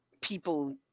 people